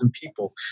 people